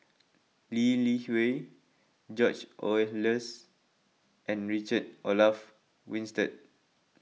Lee Li Hui George Oehlers and Richard Olaf Winstedt